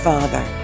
Father